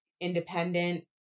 Independent